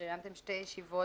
קיימתם שתי ישיבות,